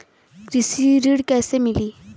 कृषि ऋण कैसे मिली?